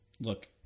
look